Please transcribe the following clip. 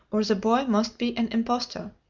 or the boy must be an impostor.